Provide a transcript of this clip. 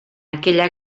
aquella